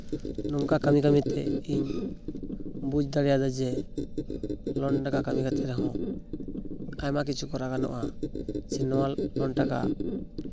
ᱱᱚᱝᱠᱟ ᱠᱟᱹᱢᱤ ᱠᱟᱹᱢᱤᱛᱮ ᱤᱧ ᱵᱩᱡᱽ ᱫᱟᱲᱮᱭᱟᱫᱟ ᱡᱮ ᱞᱳᱱ ᱴᱟᱠᱟ ᱠᱟᱹᱢᱤ ᱠᱟᱛᱮᱫ ᱨᱮᱦᱚᱸ ᱟᱭᱢᱟ ᱠᱤᱪᱷᱩ ᱠᱚᱨᱟᱣ ᱜᱟᱱᱚᱜᱼᱟ ᱥᱮ ᱱᱚᱣᱟ ᱞᱳᱱ ᱴᱟᱠᱟ